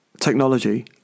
technology